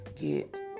get